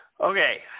Okay